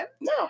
No